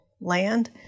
land